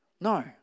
No